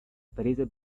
prese